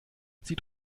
zieht